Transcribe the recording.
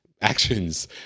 actions